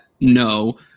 no